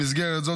במסגרת זאת,